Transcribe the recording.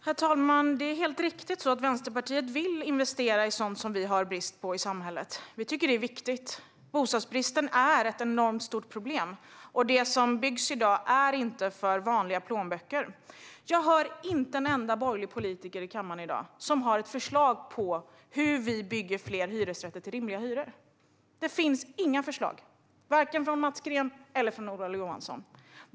Herr talman! Det är helt riktigt att Vänsterpartiet vill investera i sådant som vi har brist på i samhället. Vi tycker att det är viktigt. Bostadsbristen är ett enormt problem, och det som byggs i dag är inte för vanliga plånböcker. Jag hör inte en enda borgerlig politiker i kammaren i dag som har ett förslag på hur vi bygger fler hyresrätter till rimliga hyror. Det finns inga förslag, vare sig från Mats Green eller Ola Johansson.